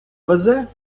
везе